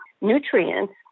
nutrients